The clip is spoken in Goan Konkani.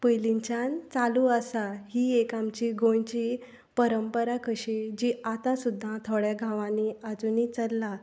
पयलींच्यान चालू आसा ही एक आमची गोंयची परंपरा कशी जी आतां सुद्दां थोड्या गांवांनी आजूनी चलला